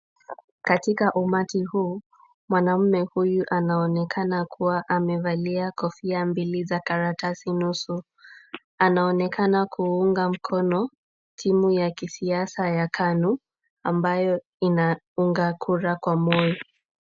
Katika umati huu, mwanamme huyu anaonekana kuwa amevalia kofia mbili za karatasi nusu. Anaonekana kuunga mkono timu ya kisiasa ya KANU, ambayo inaunga kura kwa Moi.